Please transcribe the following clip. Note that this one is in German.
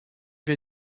wir